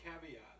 caveat